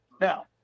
Now